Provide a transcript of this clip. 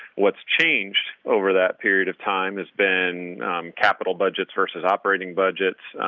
what's changed over that period of time has been capital budgets versus operating budgets,